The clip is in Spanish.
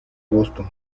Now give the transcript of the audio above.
boston